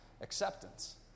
acceptance